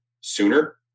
sooner